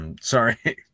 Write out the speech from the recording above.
sorry